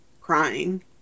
crying